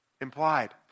implied